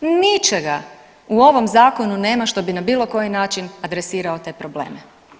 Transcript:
Ničega u ovom zakonu nema što bi na koji način adresirao te probleme.